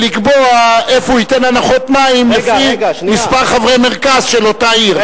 יקבע איפה הוא ייתן הנחות מים לפי מספר חברי מרכז של אותה עיר.